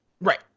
Right